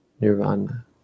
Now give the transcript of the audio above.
nirvana